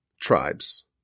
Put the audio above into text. tribes